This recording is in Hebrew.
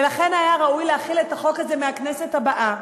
ולכן היה ראוי להחיל את החוק הזה מהכנסת הבאה,